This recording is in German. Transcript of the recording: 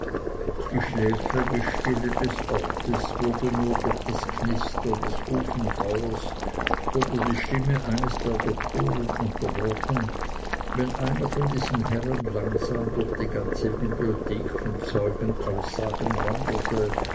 die schläfrige stille des ortes wurde nur durch das knistern des ofenfeuers oder die stimme eines der doktoren unterbrochen wenn einer von diesen herren langsam durch die ganze bibliothek von zeugenaussagen wanderte